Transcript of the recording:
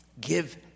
Give